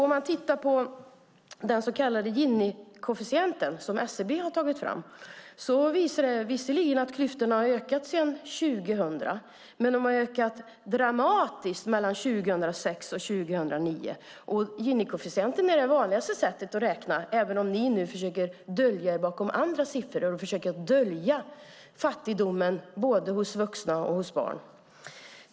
Om man tittar på den så kallade Gini-koefficienten som SCB har tagit fram ser man att klyftorna visserligen har ökat sedan 2000, men de har ökat dramatiskt mellan 2006 och 2009. Gini-koefficienten är det vanligaste sättet att räkna, även om ni försöker dölja er bakom andra siffror och försöker dölja fattigdomen både hos vuxna och hos barn.